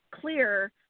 clear